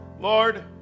Lord